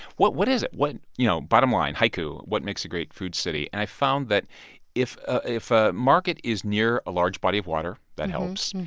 what what is it? you know bottom line, haiku, what makes a great food city? and i found that if ah a if a market is near a large body of water that helps.